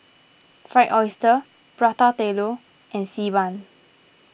Fried Oyster Prata Telur and Xi Ban